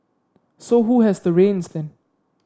so who has the reins then